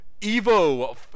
EVO